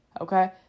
Okay